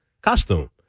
costume